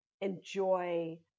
enjoy